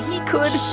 he could.